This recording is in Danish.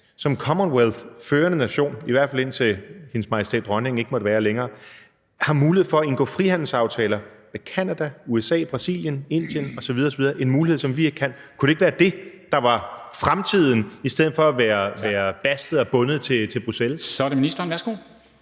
som Commonwealthførende nation, i hvert fald indtil Hendes Majestæt Dronningen ikke måtte være længere, har mulighed for at indgå frihandelsaftaler med Canada, USA, Brasilien, Indien osv. osv., en mulighed, som vi ikke har? Kunne det ikke være det, der var fremtiden, i stedet for at være bastet og bundet til Bruxelles? Kl. 13:08 Formanden (Henrik